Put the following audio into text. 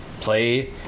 play